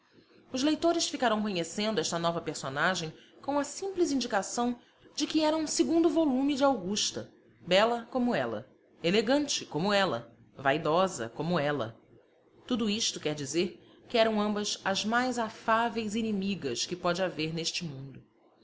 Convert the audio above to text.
os leitores ficarão conhecendo esta nova personagem com a simples indicação de que era um segundo volume de augusta bela como ela elegante como ela vaidosa como ela tudo isto quer dizer que eram ambas as mais afáveis inimigas que pode haver neste mundo